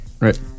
right